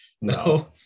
No